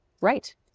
right